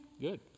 Good